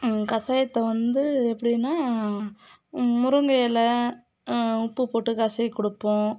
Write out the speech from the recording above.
கஷாயத்த வந்து எப்படின்னா முருங்கை இல உப்புப் போட்டு கசக்கி கொடுப்போம்